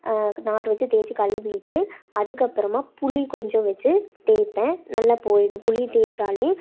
நார் வச்சி தேய்ச்சி கழுவிட்டு அதுக்கப்புறமா புளி கொஞ்சம் வச்சு தேய்ப்பேன் நல்லா போய்டும் புளி தேய்ச்சாலே